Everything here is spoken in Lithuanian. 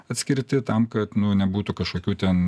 atskirti tam kad nu nebūtų kažkokių ten